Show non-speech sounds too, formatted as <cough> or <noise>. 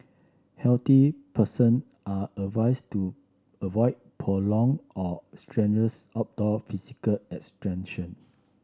healthy person are advised to avoid prolong or strenuous outdoor physical <unintelligible>